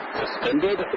suspended